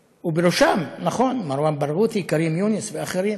ובראשם, נכון, מרואן ברגותי, כרים יונס ואחרים?